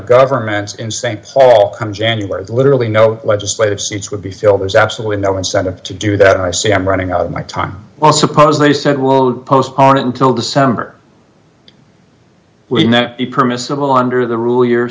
government in saint paul come january literally no legislative seats would be filled there's absolutely no incentive to do that i say i'm running out of my time well suppose they said will postpone it until december we know the permissible under the rule y